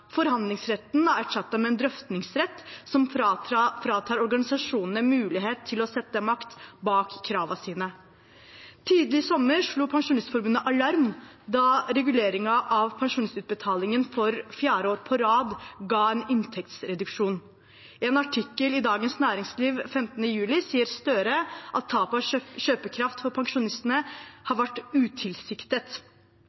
Forhandlingsretten er erstattet med en drøftingsrett som fratar organisasjonene mulighet til å sette makt bak kravene sine. Tidlig i sommer slo Pensjonistforbundet alarm da reguleringen av pensjonsutbetalingen for fjerde år på rad ga en inntektsreduksjon. I en artikkel i Dagens Næringsliv 15. juli 2017 sier Gahr Støre at tapet av kjøpekraft for pensjonistene har